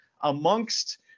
amongst